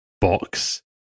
box